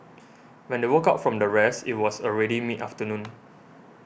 when they woke up from their rest it was already mid afternoon